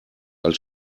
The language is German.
als